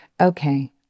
Okay